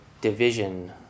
division